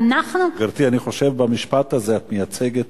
גברתי, אני חושב שבמשפט הזה את מייצגת